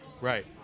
Right